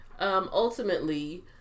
Ultimately